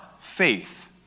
faith